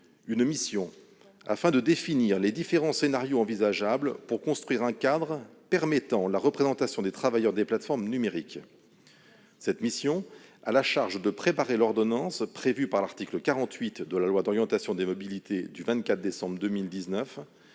une mission visant à définir les différents scénarios envisageables pour construire un cadre permettant la représentation des travailleurs des plateformes numériques. Cette mission est chargée de préparer l'ordonnance prévue par l'article 48 de la loi d'orientation des mobilités du 24 décembre 2019,